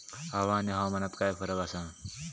हवा आणि हवामानात काय फरक असा?